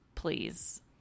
Please